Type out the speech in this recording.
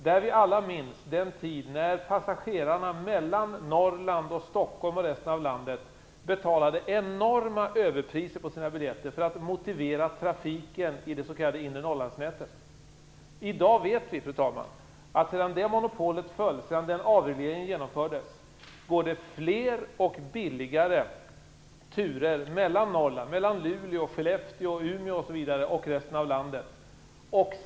Vi minns alla den tid när passagerarna från Norrland som åkte till Stockholm och resten av landet betalade enorma överpriser för att motivera trafiken i det s.k. inre Norrlandsnätet. Fru talman! I dag vet vi att det, sedan monopolet föll och avregleringen genomfördes, går fler och billigare turer mellan Norrland - Luleå, Skellefteå, Umeå osv. - och resten av landet.